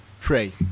pray